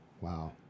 Wow